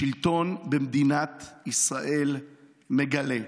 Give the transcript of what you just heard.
השלטון במדינת ישראל מגלה,